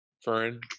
Fern